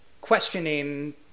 questioning